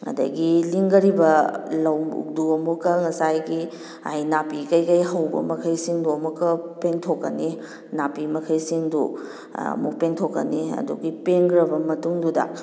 ꯑꯗꯨꯗꯒꯤ ꯂꯤꯡꯈ꯭ꯔꯤꯕ ꯂꯧꯗꯨ ꯑꯃꯨꯛꯀ ꯉꯁꯥꯏꯒꯤ ꯍꯥꯏ ꯅꯥꯄꯤ ꯀꯩꯀꯩ ꯍꯧꯕ ꯃꯈꯩꯁꯤꯡꯗꯨ ꯑꯃꯨꯛꯀ ꯄꯦꯡꯊꯣꯛꯀꯅꯤ ꯅꯥꯄꯤ ꯃꯈꯩꯁꯤꯡꯗꯨ ꯑꯃꯨꯛ ꯄꯦꯡꯊꯣꯛꯀꯅꯤ ꯑꯗꯨꯒꯤ ꯄꯦꯡꯈ꯭ꯔꯕ ꯃꯇꯨꯡꯗꯨꯗ